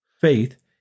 Faith